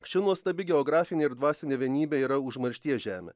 ši nuostabi geografinė ir dvasinė vienybė yra užmaršties žemė